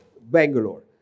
Bangalore